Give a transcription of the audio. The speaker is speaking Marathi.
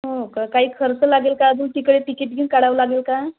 हो का काही खर्च लागेल का अजून तिकडे तिकीट बीन काढावं लागेल का